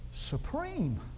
Supreme